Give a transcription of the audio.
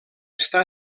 està